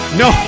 no